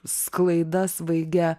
sklaida svaigia